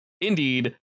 indeed